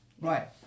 Right